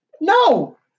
No